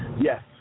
Yes